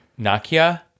Nakia